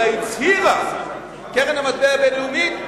אלא הצהירה קרן המטבע הבין-לאומית,